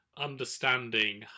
understanding